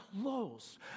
close